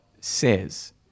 says